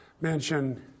mention